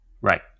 Right